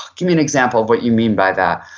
give me an example of what you mean by that.